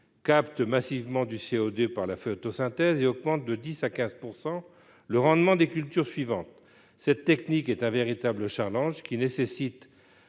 capte massivement du CO2 par photosynthèse et augmente de 10 à 15 % le rendement des cultures suivantes. Cette technique est un véritable challenge qui nécessite